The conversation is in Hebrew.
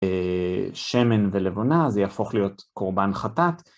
שמן ולבונה, אז זה יהפוך להיות קורבן חטאת.